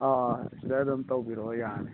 ꯑꯥ ꯑꯥ ꯁꯤꯗ ꯑꯗꯨꯝ ꯇꯧꯕꯤꯔꯛꯑꯣ ꯌꯥꯅꯤ